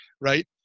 right